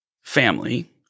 family